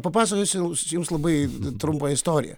papasakosiu jums labai trumpą istoriją